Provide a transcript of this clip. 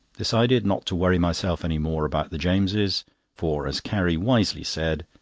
decided not to worry myself any more about the james's for, as carrie wisely said,